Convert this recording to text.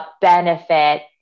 benefit